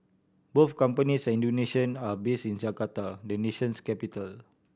both companies are Indonesian and based in Jakarta the nation's capital